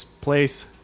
place